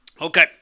Okay